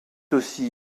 aussi